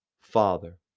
Father